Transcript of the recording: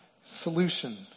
solution